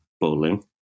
bowling